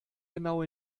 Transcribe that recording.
genau